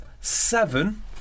seven